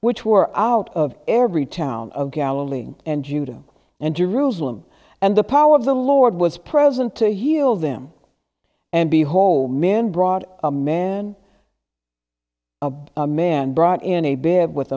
which were out of every town of galilee and judah and jerusalem and the power of the lord was present to heal them and behold a man brought a man a man brought in a bed with